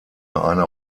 eine